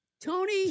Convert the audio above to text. Tony